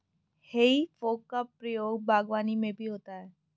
हेइ फोक का प्रयोग बागवानी में भी होता है